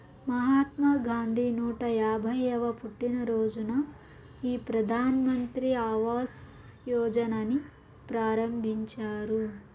మహాత్మా గాంధీ నూట యాభైయ్యవ పుట్టినరోజున ఈ ప్రధాన్ మంత్రి ఆవాస్ యోజనని ప్రారంభించారు